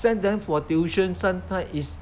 send them for tuition sometimes is